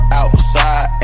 outside